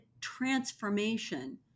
transformation